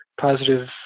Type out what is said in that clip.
positive